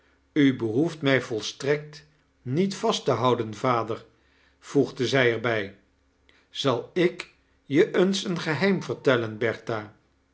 u behoeft mij volstrekt niet vast te houden vader voegde zij er bij zal ik je eens een gehedm veirtellen